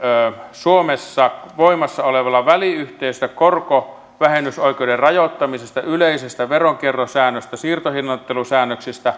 suomessa voimassa olevia säännöksiä väliyhteisöistä ja korkovähennysoikeuden rajoittamisesta yleistä veronkiertosäännöstä siirtohinnoittelusäännöksiä